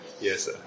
yes